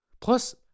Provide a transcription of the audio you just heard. Plus